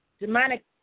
demonic